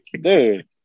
Dude